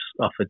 offered